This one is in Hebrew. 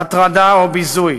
הטרדה או ביזוי,